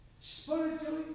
spiritually